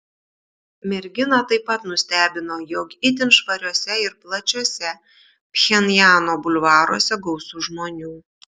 merginą taip pat nustebino jog itin švariuose ir plačiuose pchenjano bulvaruose gausu žmonių